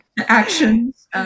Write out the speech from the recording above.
actions